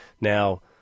now